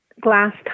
glass